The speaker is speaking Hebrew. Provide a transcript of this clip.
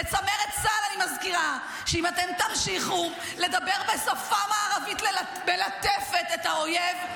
לצמרת צה"ל אני מזכירה: אם אתם תמשיכו לדבר בשפה מערבית מלטפת אל האויב,